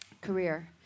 career